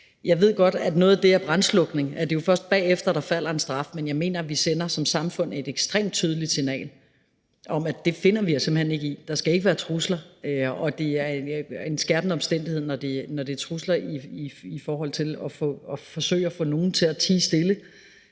jeg godt ved, at noget af det er brandslukning, og at det jo først er bagefter, der falder en straf, men jeg mener, at vi som samfund sender et ekstremt tydeligt signal om, at det finder vi os simpelt hen ikke i. Der skal ikke være trusler, og det er en skærpende omstændighed, når det er trusler i forhold til at forsøge at få nogen til at tie stille